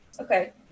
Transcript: Okay